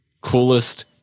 coolest